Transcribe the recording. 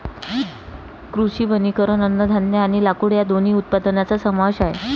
कृषी वनीकरण अन्नधान्य आणि लाकूड या दोन्ही उत्पादनांचा समावेश आहे